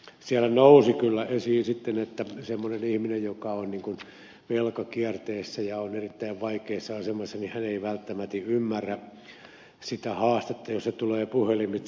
siellä nousi kyllä sitten esiin että semmoinen ihminen joka on velkakierteessä ja on erittäin vaikeassa asemassa ei välttämättä ymmärrä sitä haastetta jos se tulee puhelimitse